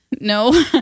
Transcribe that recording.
no